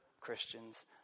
Christians